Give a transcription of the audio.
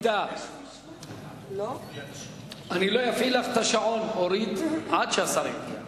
לא אפעיל את השעון עד שיגיע השר.